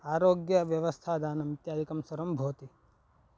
आरोग्यव्यवस्थादानम् इत्यादिकं सर्वं भवति